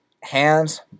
hands